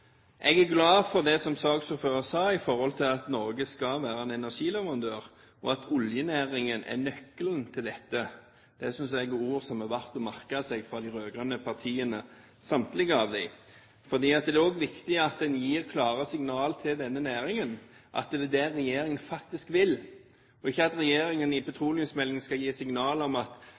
Jeg er glad for det som saksordføreren sa om at Norge skal være en energileverandør, og at oljenæringen er nøkkelen til dette. Det synes jeg er ord fra de rød-grønne partiene – samtlige av dem – som det er verdt å merke seg. For det er også viktig at man gir klare signaler til denne næringen om at det er det regjeringen faktisk vil, og ikke at regjeringen i petroleumsmeldingen skal gi signaler om at